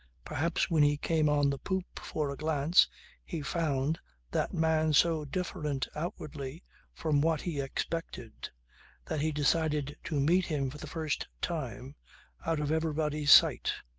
perhaps when he came on the poop for a glance he found that man so different outwardly from what he expected that he decided to meet him for the first time out of everybody's sight.